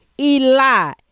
Eli